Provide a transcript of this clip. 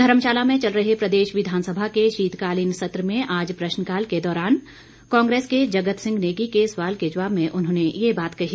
धर्मशाला में चल रहे प्रदेश विधानसभा के शीतकालीन सत्र में आज प्रश्नकाल के दौरान कांग्रेस के जगत सिंह नेगी के सवाल के जवाब में उन्होंने ये बात कही